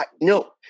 no